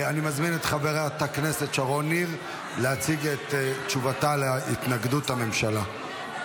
אני מזמין את חברת הכנסת שרון ניר להציג את תשובתה להתנגדות הממשלה.